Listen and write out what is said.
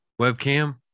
webcam